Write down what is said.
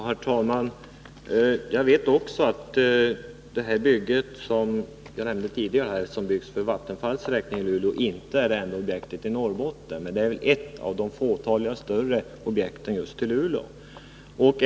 Herr talman! Också jag vet att det objekt som jag nämnde tidigare och som byggs för Vattenfalls räkning i Luleå inte är det enda projektet i Norrbotten. Det är dock ett av fåtaliga större projekt som går direkt till Luleå.